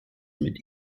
mit